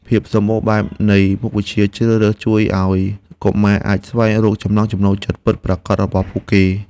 ភាពសម្បូរបែបនៃមុខវិជ្ជាជ្រើសរើសជួយឱ្យកុមារអាចស្វែងរកចំណង់ចំណូលចិត្តពិតប្រាកដរបស់ពួកគេ។